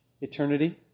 eternity